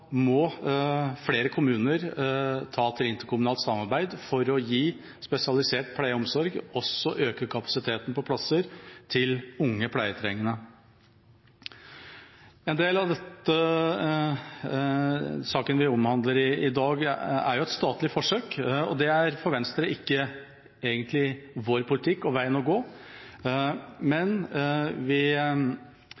må flere kommuner ty til interkommunalt samarbeid for å gi spesialisert pleie og omsorg og også øke kapasiteten på plasser til unge pleietrengende. En del av den saken vi behandler i dag, omhandler statlige forsøk, og det er ikke egentlig Venstres politikk og veien å gå, men